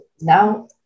now